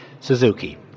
Suzuki